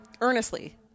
earnestly